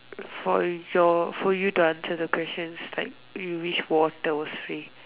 for your for you to answer the question is like you wish water was free